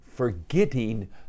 forgetting